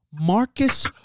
Marcus